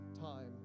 time